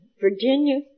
Virginia